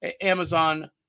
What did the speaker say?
Amazon